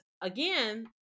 again